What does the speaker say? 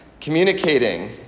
communicating